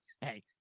Hey